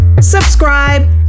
subscribe